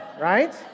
Right